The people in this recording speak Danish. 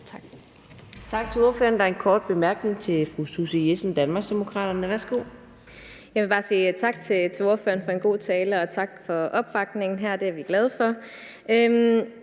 Tak til ordføreren. Der er en kort bemærkning til fru Susie Jessen, Danmarksdemokraterne. Værsgo. Kl. 14:37 Susie Jessen (DD): Jeg vil bare sige tak til ordføreren for en god tale og tak for opbakningen. Det er vi glade for.